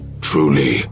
truly